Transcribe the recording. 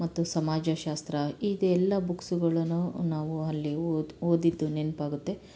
ಮತ್ತು ಸಮಾಜಶಾಸ್ತ್ರ ಇದೆಲ್ಲ ಬುಕ್ಸುಗಳನ್ನು ನಾವು ಅಲ್ಲಿ ಓದು ಓದಿದ್ದು ನೆನಪಾಗುತ್ತೆ